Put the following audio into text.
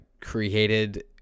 created